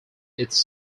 its